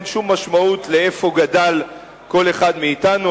אין שום משמעות לאיפה גדל כל אחד מאתנו.